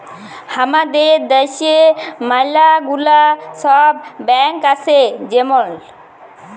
হামাদের দ্যাশে ম্যালা গুলা সব ব্যাঙ্ক আসে যেমল